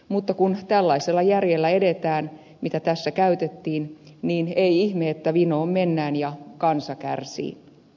mutta kun tällaisella järjellä edetään mitä tässä käytettiin niin ei ihme että vinoon mennään ja kansa kärsii